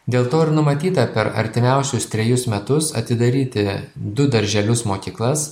dėl to ir numatyta per artimiausius trejus metus atidaryti du darželius mokyklas